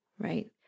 right